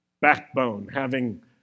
Backbone—having